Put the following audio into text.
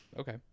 Okay